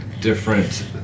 different